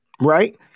Right